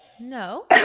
No